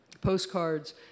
postcards